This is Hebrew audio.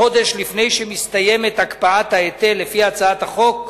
חודש לפני שמסתיימת הקפאת ההיטל לפי הצעת החוק,